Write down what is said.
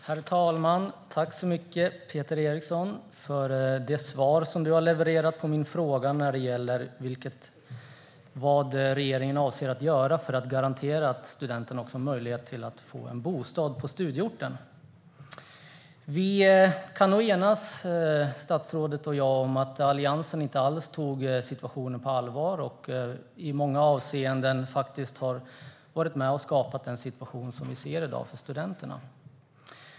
Svar på interpellationer Herr talman! Tack så mycket, Peter Eriksson, för det svar som du har levererat på min fråga när det gäller vad regeringen avser att göra för att garantera att studenterna får möjlighet till en bostad på studieorten! Vi kan nog enas, statsrådet och jag, om att Alliansen inte alls tog situationen på allvar. I många avseenden har de varit med och skapat den situation som vi i dag ser för studenterna.